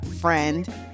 friend